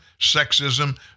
sexism